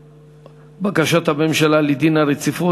לבקשת הממשלה הזאת להחלת דין הרציפות.